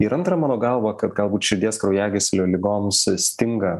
ir antra mano galva kad galbūt širdies kraujagyslių ligoms stinga